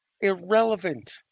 irrelevant